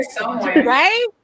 Right